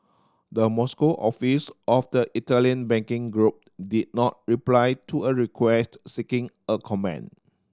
the Moscow office of the Italian banking group did not reply to a request seeking a comment